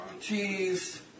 cheese